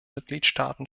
mitgliedstaaten